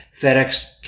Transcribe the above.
FedEx